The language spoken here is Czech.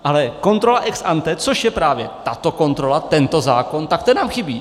Ale kontrola ex ante, což je právě tato kontrola, tento zákon, tak ta nám chybí.